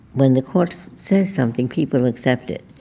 when the court says something, people accept it.